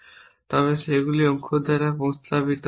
তবে সেগুলি অক্ষর দ্বারা প্রতিস্থাপিত হয়েছে